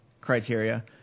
criteria